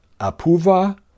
Apuva